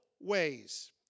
ways